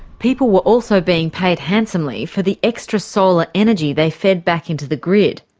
people were also being paid handsomely for the extra solar energy they fed back into the grid.